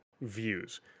views